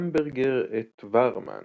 במברגר את וואהרמן